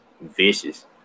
vicious